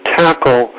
tackle